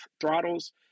throttles